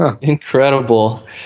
Incredible